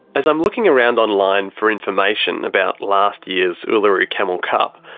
as i'm looking around online for information about last year's uluru camel cup,